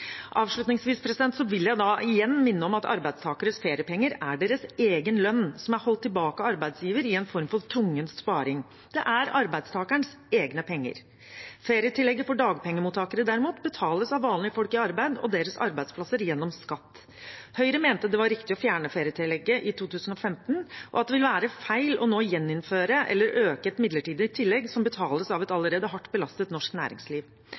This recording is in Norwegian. vil jeg igjen minne om at arbeidstakeres feriepenger er deres egen lønn, som er holdt tilbake av arbeidsgiver i en form for tvungen sparing. Det er arbeidstakerens egne penger. Ferietillegget for dagpengemottakere, derimot, betales av vanlige folk i arbeid og deres arbeidsplasser gjennom skatt. Høyre mener det var riktig å fjerne ferietillegget i 2015, og at det vil være feil nå å gjeninnføre eller øke et midlertidig tillegg som betales av et allerede hardt belastet norsk næringsliv.